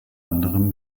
anderem